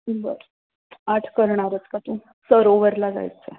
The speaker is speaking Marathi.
बरं आठ करणारच का तू सरोवरला जायचं आहे